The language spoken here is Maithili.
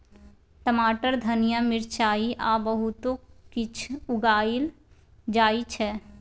टमाटर, धनिया, मिरचाई आ बहुतो किछ उगाएल जाइ छै